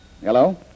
Hello